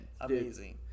amazing